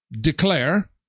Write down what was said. declare